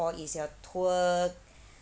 or is your tour